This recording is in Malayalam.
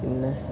പിന്നെ